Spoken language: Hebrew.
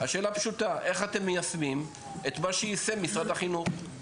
השאלה פשוטה: איך אתם מיישמים את מה שיישם משרד החינוך?